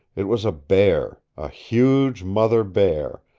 it was a bear, a huge mother bear,